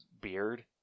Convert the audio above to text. beard